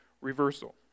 reversal